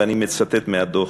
ואני מצטט מהדוח: